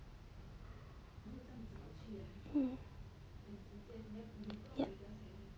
hmm yup